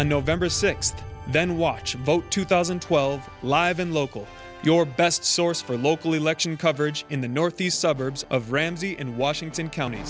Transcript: on november sixth then watch vote two thousand and twelve live in local your best source for local election coverage in the northeast suburbs of ramsey in washington county